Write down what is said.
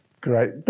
Great